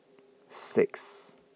six